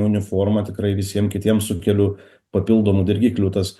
uniforma tikrai visiem kitiem sukeliu papildomų dirgiklių tas